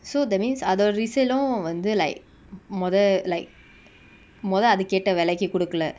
so that means அதோட:athoda resale uh வந்து:vanthu like மொத:motha like மொத அது கேட்ட வெலைக்கு குடுக்கல:motha athu keta velaiku kudukala